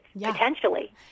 potentially